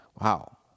wow